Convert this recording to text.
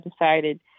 decided